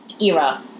era